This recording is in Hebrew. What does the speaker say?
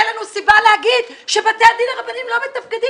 לנו סיבה להגיד שבתי הדין הרבניים לא מתפקדים,